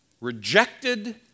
Rejected